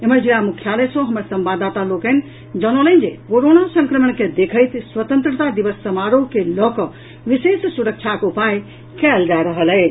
एम्हर जिला मुख्यालय सँ हमर संवाददाता लोकनि जनौलनि जे कोरोना संक्रमण के देखैत स्वतंत्रता दिवस समारोह के लऽ कऽ विशेष सुरक्षाक उपाय कयल जा रहल अछि